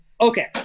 Okay